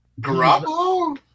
Garoppolo